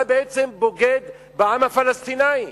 אתה בעצם בוגד בעם הפלסטיני.